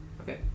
okay